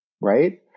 Right